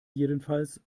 jedenfalls